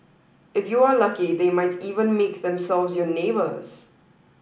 if you are lucky they might even make themselves your neighbours